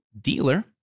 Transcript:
dealer